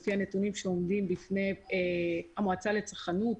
על פי הנתונים שעומדים בפני המועצה לצרכנות,